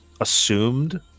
assumed